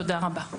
תודה רבה.